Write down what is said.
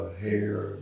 hair